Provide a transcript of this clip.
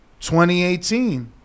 2018